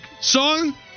song